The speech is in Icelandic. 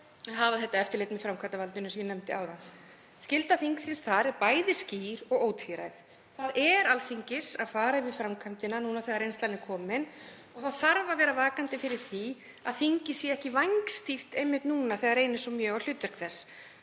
að hafa eftirlit með framkvæmdarvaldinu, sem ég nefndi áðan. Skylda þingsins þar er bæði skýr og ótvíræð. Það er Alþingis að fara yfir framkvæmdina núna þegar reynslan er komin og það þarf að vera vakandi fyrir því að þingið sé ekki vængstýft einmitt núna þegar reynir svo mjög á hlutverk þess